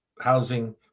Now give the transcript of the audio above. housing